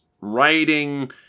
writing